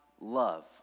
love